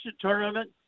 tournament